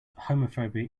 homophobia